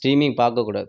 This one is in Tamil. ஸ்ட்ரீமிங் பாக்கக்கூடாது